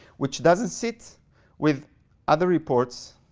which doesn't sit with other reports.